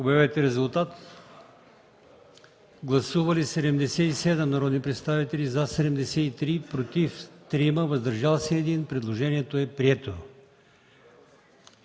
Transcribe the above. гласувайте. Гласували 77 народни представители: за 73, против 3, въздържал се 1. Предложението е прието.